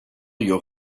your